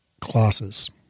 classes